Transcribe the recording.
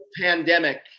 pandemic